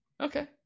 Okay